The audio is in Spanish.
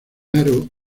aro